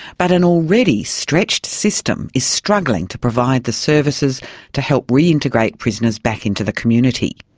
but an already stretched system is struggling to provide the services to help reintegrate prisoners back into the community.